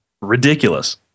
ridiculous